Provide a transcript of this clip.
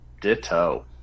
Ditto